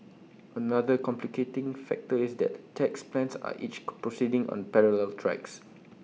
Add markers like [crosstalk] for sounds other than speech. another complicating factor is that tax plans are each [unintelligible] proceeding on parallel tracks